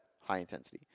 high-intensity